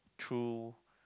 through